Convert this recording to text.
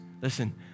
Listen